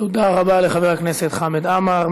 תודה רבה לחבר הכנסת חמד עמאר.